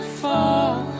fall